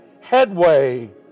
headway